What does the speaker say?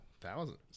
Thousands